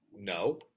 no